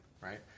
right